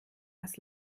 was